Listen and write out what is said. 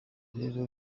rero